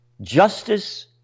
Justice